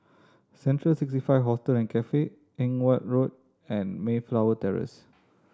Central Sixty Five Hostel and Cafe Edgeware Road and Mayflower Terrace